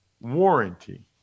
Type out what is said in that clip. warranty